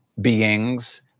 beings